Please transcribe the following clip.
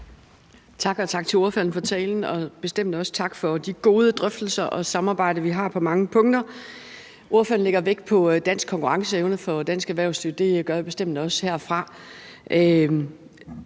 Tak, og tak til ordføreren for talen, og bestemt også tak for de gode drøftelser og det gode samarbejde, vi har på mange punkter. Ordføreren lægger vægt på konkurrenceevnen for dansk erhvervsliv. Det gør vi bestemt også herfra.